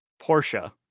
Portia